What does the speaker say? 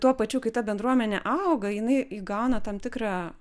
tuo pačiu kai ta bendruomenė auga jinai įgauna tam tikrą